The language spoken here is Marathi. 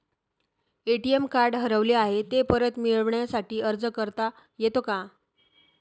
ए.टी.एम कार्ड हरवले आहे, ते परत मिळण्यासाठी अर्ज करता येतो का?